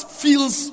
feels